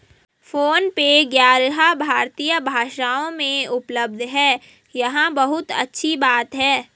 phone पे ग्यारह भारतीय भाषाओं में उपलब्ध है यह बहुत अच्छी बात है